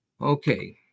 Okay